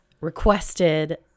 requested